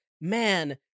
man